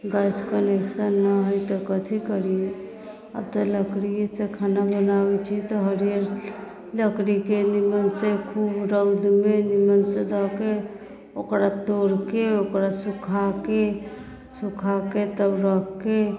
gas connection नहि हइ तऽ कथी करियै आब तऽ लकड़ियेसँ खाना बनाबैत छियै तऽ हरिअर लकड़ीके नीमन से खूब रौदमे नीमन से दएके ओकरा तोड़िके ओकरा सूखाके सूखाके तब रखके